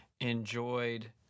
enjoyed